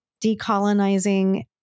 decolonizing